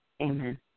Amen